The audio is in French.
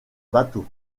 bateau